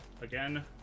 Again